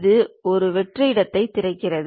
இது ஒரு வெற்று இடத்தைத் திறக்கிறது